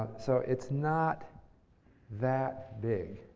so it's not that big.